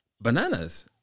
bananas